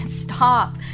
Stop